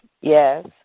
Yes